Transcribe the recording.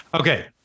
Okay